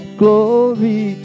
glory